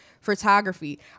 photography